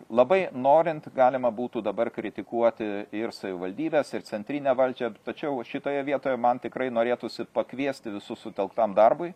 labai norint galima būtų dabar kritikuoti ir savivaldybes ir centrinę valdžią tačiau šitoje vietoj man tikrai norėtųsi pakviesti visus sutelktam darbui